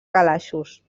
calaixos